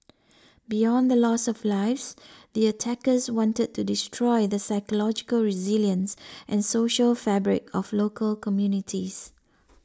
beyond the loss of lives the attackers wanted to destroy the psychological resilience and social fabric of local communities